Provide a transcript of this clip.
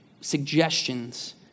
suggestions